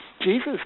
Jesus